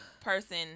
person